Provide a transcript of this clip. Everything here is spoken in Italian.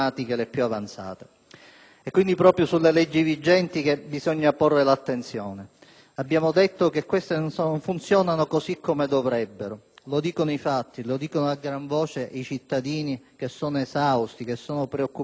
Abbiamo detto che queste non funzionano così come dovrebbero: lo dicono i fatti e lo dicono a gran voce i cittadini, che sono esausti, preoccupati e terrorizzati di vivere in una situazione di non sicurezza o di poca sicurezza.